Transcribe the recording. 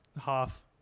half